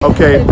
Okay